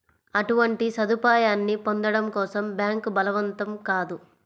అటువంటి సదుపాయాన్ని పొందడం కోసం బ్యాంక్ బలవంతం కాదు